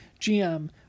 GM